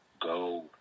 go